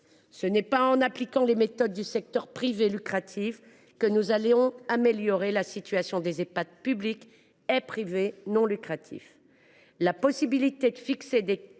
Ce n’est pas en appliquant les méthodes du secteur privé lucratif que nous allons améliorer la situation des Ehpad publics et privés non lucratifs